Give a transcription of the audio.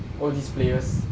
all these players